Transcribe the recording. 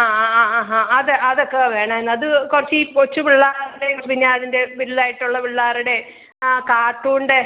ആ ആ ആ ആ ഹാ അത് അതൊക്കെ വേണായിരുന്നു കുറച്ച് ഈ കൊച്ച് പിള്ളേരുടെയും പിന്നെ അതിൻ്റെ വലുതായിട്ടുള്ള പിള്ളേരുടെ ആ കാർട്ടൂണിൻ്റെ